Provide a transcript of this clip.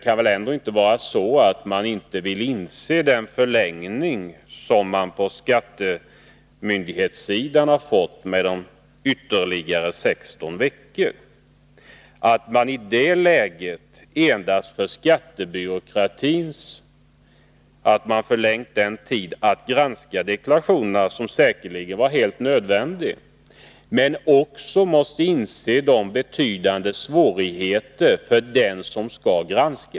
Den tid på ytterligare 16 veckor som skattemyndigheterna fått på sig för att granska deklarationerna är helt säkert nödvändig, men man måste också inse svårigheterna för dem vilkas deklarationer skall granskas.